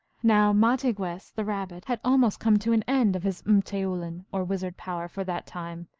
now mahtigwess, the rabbit, had almost come to an end of his rrfteoulin, or wizard power, for that time,